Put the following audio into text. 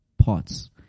parts